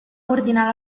ordina